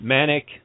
Manic